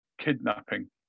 kidnapping